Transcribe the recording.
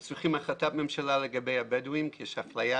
צריך החלטת ממשלה לגבי הבדואים כי יש אפליה